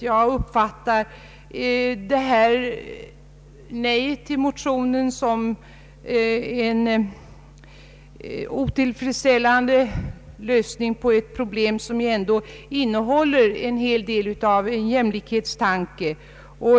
Jag uppfattar utskottets nej till motionen som en otillfredsställande lösning på ett problem som ändå innehåller en hel del av en jämlikhetsaspekt.